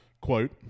quote